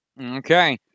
Okay